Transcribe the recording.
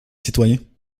citoyens